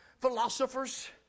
philosophers